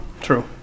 true